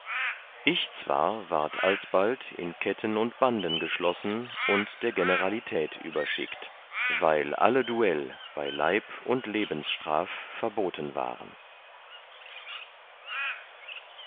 ich zwar ward alsbald in ketten und banden geschlossen und der generalität überschickt weil alle duell bei leib und lebensstraf verbotten waren